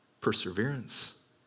perseverance